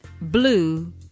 blue